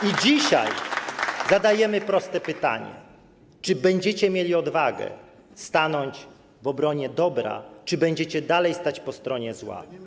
I dzisiaj zadajemy proste pytanie: Czy będziecie mieli odwagę stanąć w obronie dobra czy nadal będziecie stać po stronie zła?